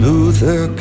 Luther